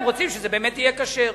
הם רוצים שזה באמת יהיה כשר.